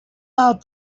out